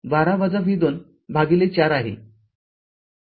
तर iSC १२ v२ भागिले ४ आहे